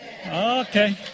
Okay